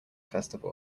festival